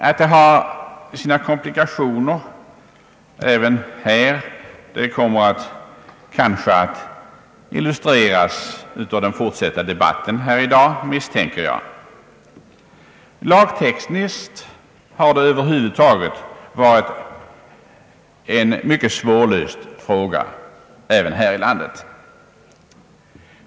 Att det har sina komplikationer även i vårt land kommer, misstänker jag, att illustreras i den fortsatta debatten här i dag. Lagtekniskt har det över huvud taget varit en mycket svårlöst fråga även i vårt land.